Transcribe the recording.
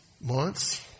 months